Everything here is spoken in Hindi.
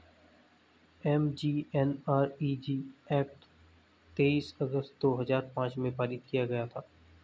एम.जी.एन.आर.इ.जी एक्ट तेईस अगस्त दो हजार पांच में पारित किया गया था